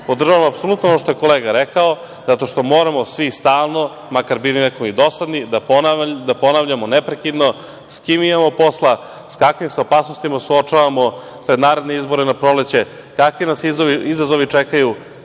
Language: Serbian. politike. Podržavam apsolutno ono što je kolega rekao zato što moramo svi stalno, makar bili i dosadni, da ponavljamo neprekidno s kim imamo posla, s kakvim se opasnostima suočavamo pred naredne izbore na proleće, kakvi nas izazovi čekaju,